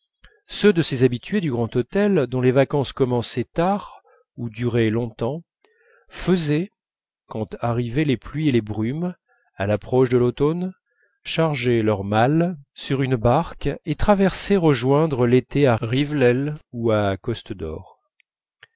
ceux de ces habitués du grand hôtel dont les vacances commençaient tard ou duraient longtemps faisaient quand arrivaient les pluies et les brumes à l'approche de l'automne charger leurs malles sur une barque et traversaient rejoindre l'été à rivebelle ou à costedor